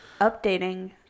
updating